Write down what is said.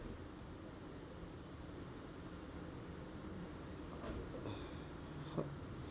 h~